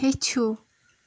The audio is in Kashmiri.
ہیٚچھِو